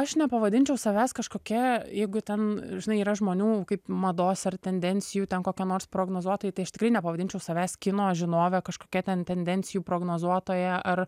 aš nepavadinčiau savęs kažkokia jeigu ten žinai yra žmonių kaip mados ar tendencijų ten kokie nors prognozuotojai tai aš tikrai nepavadinčiau savęs kino žinove kažkokia ten tendencijų prognozuotoja ar